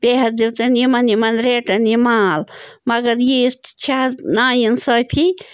بیٚیہِ حظ دیُت أمۍ یِمَن یِمَن ریٹَن یہِ مال مگر ییٖژ تہِ چھِ حظ نا اِنصٲفی